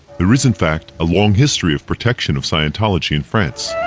there is in fact, a long history of protection of scientology in france.